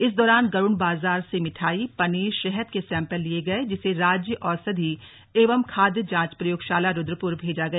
इस दौरान गरुड़ बाजार से मिठाई एक पनीर शहद के सेंपल लिए गए जिसे राज्य औषधि एवं खाद्य जांच प्रयोगशाला रुद्रपुर भेजा गया